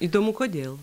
įdomu kodėl